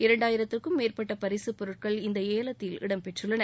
இரண்டாயிரத்துக்கும் மேற்பட்ட பரிசுப் பொருட்கள் இதில் இடம்பெற்றுள்ளன